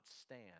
stand